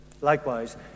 Likewise